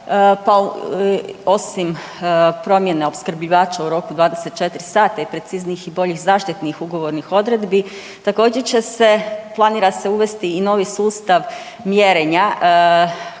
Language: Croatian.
pa osim promjene opskrbljivača u roku od 24 sata i preciznijih i boljih zaštitnih ugovornih odredbi također će se planira se uvesti i novi sustav mjerenja što bi